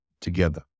together